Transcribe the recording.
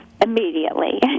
immediately